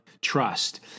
trust